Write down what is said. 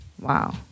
Wow